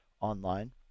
online